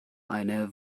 eine